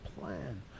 plan